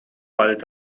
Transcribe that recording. bald